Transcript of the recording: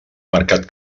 marcat